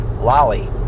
Lolly